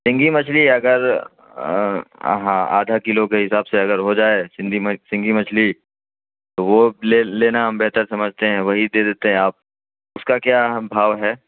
سنگھی مچھلی اگر ہاں آدھا کلو کے حساب سے اگر ہو جائے سندی سنگھی مچھلی تو وہ لے لینا ہم بہتر سمجھتے ہیں وہی دے دیتے ہیں آپ اس کا کیا بھاؤ ہے